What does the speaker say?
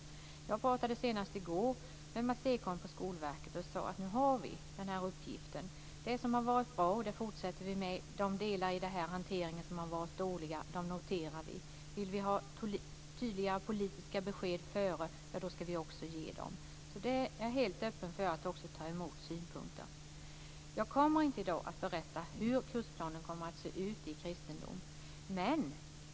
Senast i går talade jag med Mats Ekholm på Skolverket och sade: Nu har vi den här uppgiften. Det som har varit bra fortsätter vi med och de delar i den här hanteringen som varit dåliga noterar vi. Vill vi ha tydliga politiska besked före ska vi också ge sådana. Jag är alltså helt öppen för att också ta emot synpunkter. I dag ska jag inte berätta hur kursplanen i kristendom kommer att se ut.